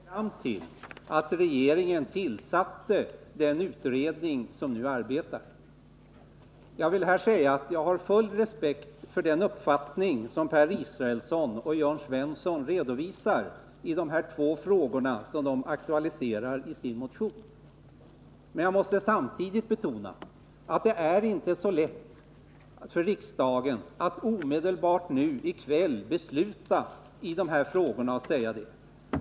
Herr talman! Under 1970-talet har ett flertal arrenderättsliga frågor Torsdagen den aktualiserats. Det var dessa frågor som ledde fram till att regeringen tillsatte 13 mars 1980 den utredning som nu arbetar. Jag har full respekt för den uppfattning som Per Israelsson och Jörn Svensson redovisar i de två ärenden som har aktualiserats i vpk-motionerna. Men jag måste samtidigt betona att det inte är så lätt för riksdagen att omedelbart, nu i kväll, fatta beslut i dessa ärenden.